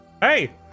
Hey